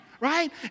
right